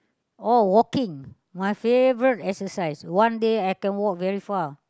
oh walking my favourite exercise one day I can walk very far